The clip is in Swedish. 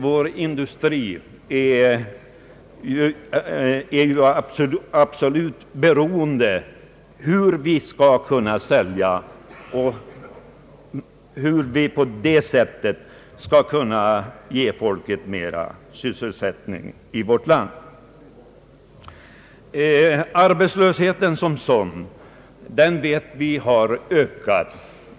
Vår industri är ju absolut beroende av hur mycket vi kan sälja och därmed hur många vi kan ge sysselsättning i vårt land. Vi vet att arbetslösheten har ökat.